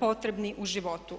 potrebni u životu.